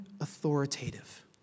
authoritative